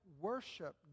worship